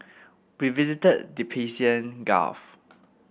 we visited the Persian Gulf